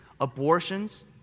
abortions